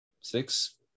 six